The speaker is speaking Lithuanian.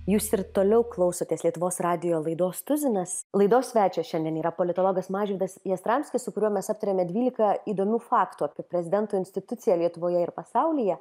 jūs ir toliau klausotės lietuvos radijo laidos tuzinas laidos svečias šiandien yra politologas mažvydas jastramskis su kuriuo mes aptariame dvylika įdomių faktų apie prezidento instituciją lietuvoje ir pasaulyje